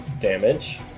damage